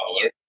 power